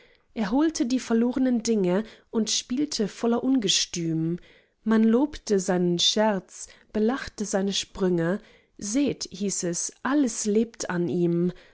er holte die verlornen dinge und spielte voller ungestüm man lobte seinen scherz belachte seine sprünge seht hieß es alles lebt an ihm